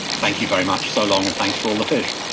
thank you very much, so long, and thanks for all the fish.